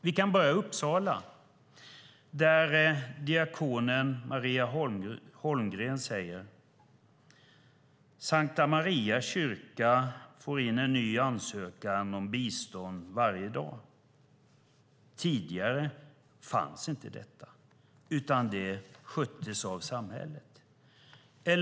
Vi kan börja i Uppsala, där diakonen Maria Holmgren säger att Sankta Maria kyrka får in en ny ansökan om bistånd varje dag. Tidigare fanns inte detta, utan det sköttes av samhället.